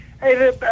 Hey